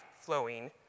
flowing